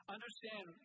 Understand